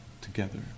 together